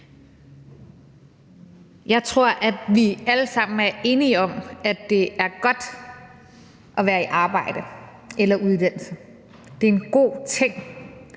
Jeg tror, at vi alle sammen er enige om, at det er godt at være i arbejde eller være under uddannelse. Det er en god ting